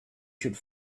should